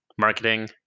marketing